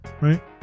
Right